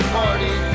party